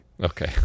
Okay